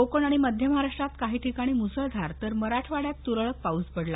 कोकण आणि मध्य महाराष्ट्रात काही ठिकाणी मुसळधार तर मराठवाङ्यात तुरळक पाऊस पडला